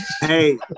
Hey